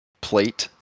plate